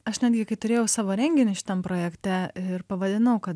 aš netgi kai turėjau savo renginį šitam projekte ir pavadinau kad